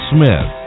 Smith